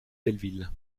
belleville